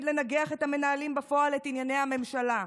לנגח את המנהלים בפועל את ענייני הממשלה,